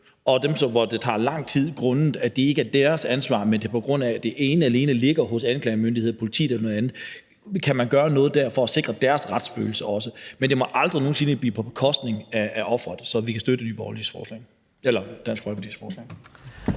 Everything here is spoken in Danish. hvor det tager lang tid, selv om det ikke er deres ansvar, men ene alene på grund af at det ligger hos anklagemyndighed og politi eller noget andet. Vi må se på, om man også kan gøre noget der for at sikre deres retsfølelse, men det må aldrig nogen sinde blive på bekostning af offeret. Så vi kan støtte Dansk Folkepartis forslag.